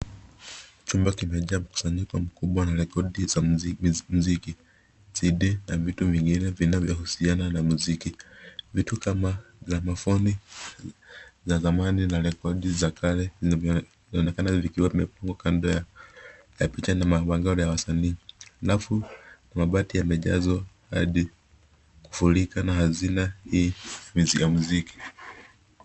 Chumba kimejaa mkusanyiko mkubwa wa rekodi za mziki, CD na vitu vingine vinavyohusiana na mziki. Vitu kama gramafoni za zamani na rekodi za kale vinavyoonekana vikiwa vimepangwa kando ya picha na mabango ni ya wasanii. Rafu za mabati zimejazwa hadi kufurika na hazina hii ya mziki.